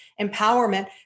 empowerment